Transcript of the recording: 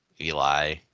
Eli